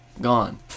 Gone